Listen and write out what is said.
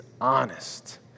honest